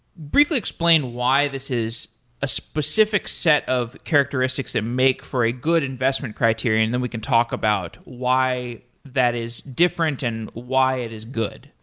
briefly explain why this is a specific set of characteristics that make for a good investment criterion, and then we can talk about why that is different and why it is good.